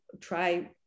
try